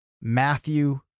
Matthew